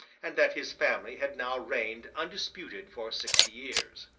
and that his family had now reigned undisputed for sixty years.